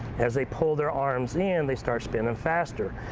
as they pull their arms in, they start spinning faster.